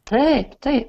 taip taip